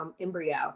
embryo